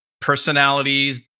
personalities